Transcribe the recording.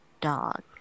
dog